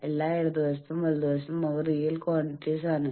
എല്ലാ ഇടതുവശത്തും വലതുവശത്തും അവ റിയൽ ക്വാണ്ടിറ്റിസ് ആണ്